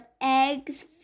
eggs